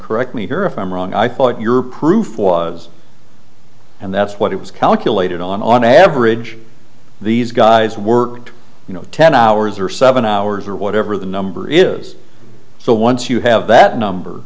correct me here if i'm wrong i thought your proof was and that's what it was calculated on on average these guys worked you know ten hours or seven hours or whatever the number is so once you have that number